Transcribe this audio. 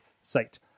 site